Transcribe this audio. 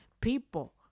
people